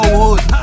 hood